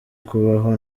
kubaho